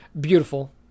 beautiful